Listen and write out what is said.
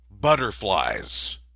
butterflies